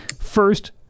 First